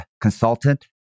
consultant